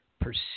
perceive